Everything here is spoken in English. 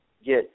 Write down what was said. Get